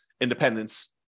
independence